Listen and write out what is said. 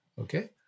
okay